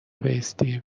بایستی